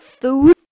food